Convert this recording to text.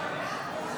להעביר